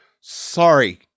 Sorry